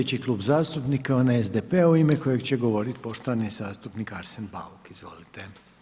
Sljedeći Klub zastupnika je onaj SDP-a u ime kojeg će govoriti poštovani zastupnik Arsen Bauk, izvolite.